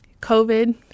COVID